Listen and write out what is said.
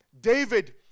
David